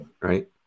Right